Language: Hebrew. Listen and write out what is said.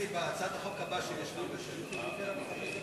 הצעת חוק העמותות (תיקון, מיזוג עמותות),